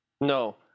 No